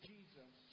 Jesus